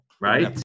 right